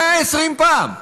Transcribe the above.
120 פעם,